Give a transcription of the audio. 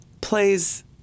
plays